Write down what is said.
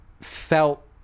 felt